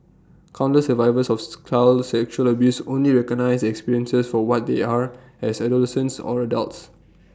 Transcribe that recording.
countless survivors off's child sexual abuse only recognise their experiences for what they are as adolescents or adults